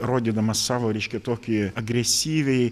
rodydamas savo reiškia tokį agresyviai